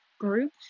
group